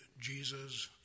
Jesus